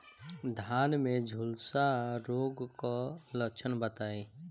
धान में झुलसा रोग क लक्षण बताई?